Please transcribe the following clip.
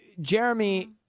Jeremy